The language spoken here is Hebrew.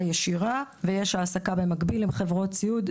ישירה או העסקה במקביל; עם חברות סיעוד.